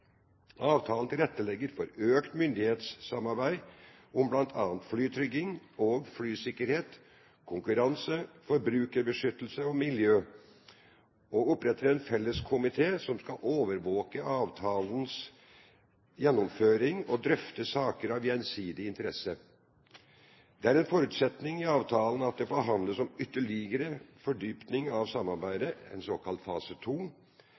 Avtalen tilrettelegger for økt myndighetssamarbeid om bl.a. flytrygghet og flysikkerhet, konkurranse, forbrukerbeskyttelse og miljø og oppretter en felleskomité som skal overvåke avtalens gjennomføring og drøfte saker av gjensidig interesse. Det er en forutsetning i avtalen at det forhandles om ytterligere fordypning av samarbeidet, en såkalt fase